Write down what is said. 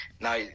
now